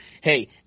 hey